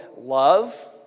love